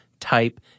type